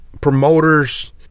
promoters